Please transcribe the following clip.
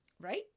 right